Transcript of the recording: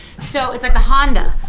so it's like the honda.